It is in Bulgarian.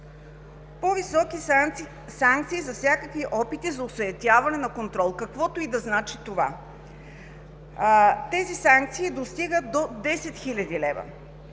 По-високи санкции за всякакви опити за осуетяване на контрол, каквото и да значи това. Тези санкции достигат до 10 хил. лв.